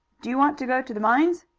do you want to go to the mines?